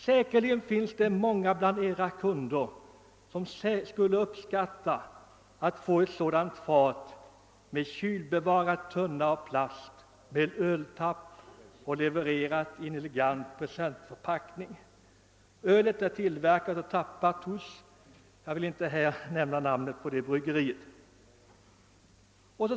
Säkerligen finns det många bland Era kunder, som skulle uppskatta att få ett sådant fat med kylbevarande tunna av plast, med öltapp och levererat i en elegant presentförpackning. Ölet är tillverkat och tappat hos ...» Jag vill inte här nämna namnet på bryggeriet.